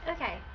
okay